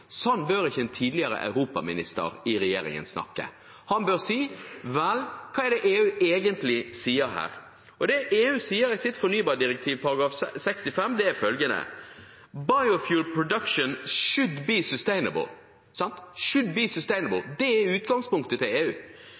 Sånn bør ikke en tidligere europaminister i regjeringen snakke. Han bør si: Vel, hva er det EU egentlig sier her? Og det EU sier i sitt fornybardirektiv punkt 65, er følgende: «Biofuel production should be sustainable.» – «should be sustainable». – Det er utgangspunktet til EU.